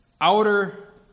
outer